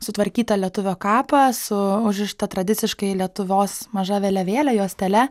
sutvarkytą lietuvio kapą su užrišta tradiciškai lietuvos maža vėliavėle juostele